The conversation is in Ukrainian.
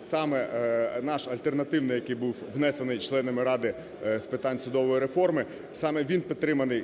саме наш альтернативний, який був внесений членами Ради з питань судової реформи, саме він підтриманий